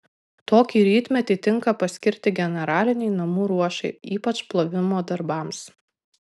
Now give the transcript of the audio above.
tokį rytmetį tinka paskirti generalinei namų ruošai ypač plovimo darbams